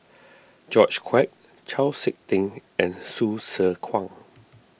George Quek Chau Sik Ting and Hsu Tse Kwang